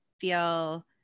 feel